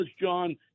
John